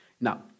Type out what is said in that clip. Now